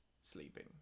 sleeping